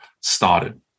started